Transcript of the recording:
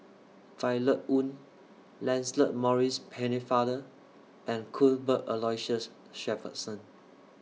Violet Oon Lancelot Maurice Pennefather and Cuthbert Aloysius Shepherdson